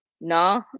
no